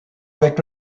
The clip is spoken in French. avec